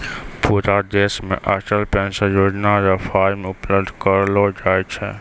पूरा देश मे अटल पेंशन योजना र फॉर्म उपलब्ध करयलो जाय छै